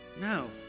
No